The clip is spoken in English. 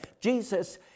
Jesus